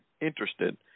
interested